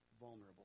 vulnerable